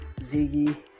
Ziggy